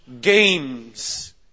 games